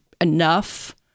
enough